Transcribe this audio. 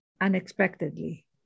unexpectedly